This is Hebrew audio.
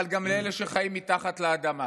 אבל גם לאלה שחיים מתחת לאדמה